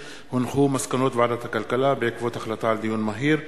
מסקנות ועדת הכלכלה בעקבות דיון מהיר בנושא: